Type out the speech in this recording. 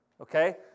Okay